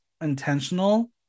intentional